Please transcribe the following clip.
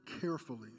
carefully